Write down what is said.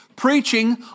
preaching